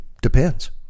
depends